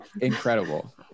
incredible